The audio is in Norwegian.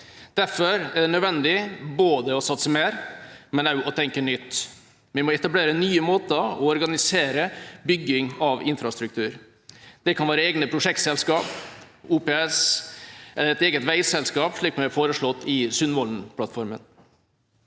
Derfor er det nødvendig både å satse mer og å tenke nytt. Vi må etablere nye måter å organisere bygging av infrastruktur på. Det kan være egne prosjektselskap, OPS eller et eget veiselskap, slik vi har foreslått i Sundvolden-plattformen.